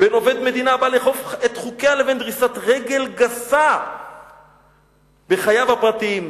בין עובד מדינה הבא לאכוף את חוקיה לבין דריסת רגל גסה בחייו הפרטיים.